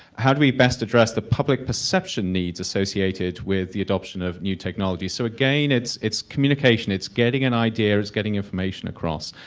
how do we best address the public perception needs associated with the adoption of new technology. so again, it's it's communication it's getting an idea, getting information across.